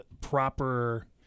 proper